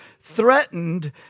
threatened